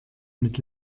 mit